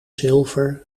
zilver